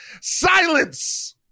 silence